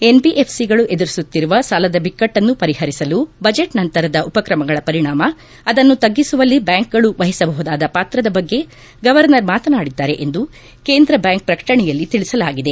ಎನ್ಬಿಎಫ್ಸಿಗಳು ಎದುರಿಸುತ್ತಿರುವ ಸಾಲದ ಬಿಕ್ಟಟನ್ನು ಪರಿಹರಿಸಲು ಬಜೆಟ್ ನಂತರದ ಉಪಕ್ರಮಗಳ ಪರಿಣಾಮ ಅದನ್ನು ತಗ್ಗಿಸುವಲ್ಲಿ ಬ್ಹಾಂಕ್ಗಳು ವಹಿಸಬಹುದಾದ ಪಾತ್ರದ ಬಗ್ಗೆ ಗವರ್ನರ್ ಮಾತನಾಡಿದ್ದಾರೆ ಎಂದು ಕೇಂದ್ರ ಬ್ಯಾಂಕ್ ಪ್ರಕಟಣೆಯಲ್ಲಿ ತಿಳಿಸಲಾಗಿದೆ